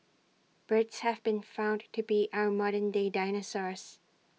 birds have been found to be our modern day dinosaurs